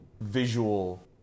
visual